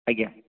ଆଜ୍ଞା